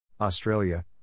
Australia